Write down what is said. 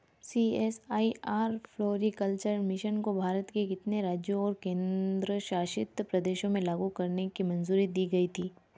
CSIR floriculture mission को भारत के कितने राज्यों और केंद्र शासित प्रदेशों में लागू करने की मंजूरी दी गई थी?